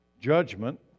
Judgment